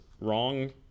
wrong